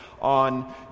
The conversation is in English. on